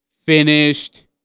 Finished